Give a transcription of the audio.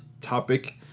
topic